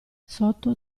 sotto